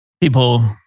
people